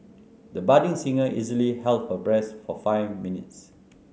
the budding singer easily held her breath for five minutes